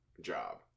job